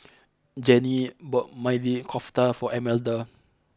Janie bought Maili Kofta for Almeda